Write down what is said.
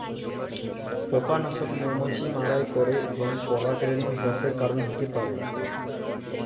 পকালাসক মমাছি মারাই ক্যরে এবং পরাগরেলু হেরাসের কারল হ্যতে পারে